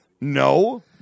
No